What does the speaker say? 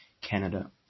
Canada